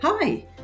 Hi